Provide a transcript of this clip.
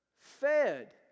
Fed